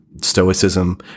stoicism